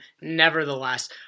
nevertheless